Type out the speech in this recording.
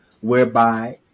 whereby